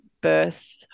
birth